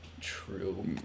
true